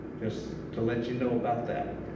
just to let you know about that one.